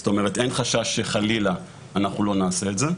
זאת אומרת, אין חשש שחלילה אנחנו לא נעשה את זה.